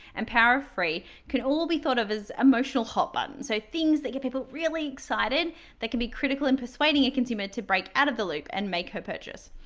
and power of free can all be thought of as emotional hot buttons, so things that get people really excited that can be critical in persuading a consumer to break out of the loop and make her purchase.